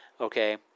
okay